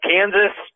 Kansas